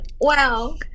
wow